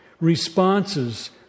responses